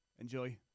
enjoy